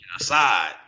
aside